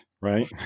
right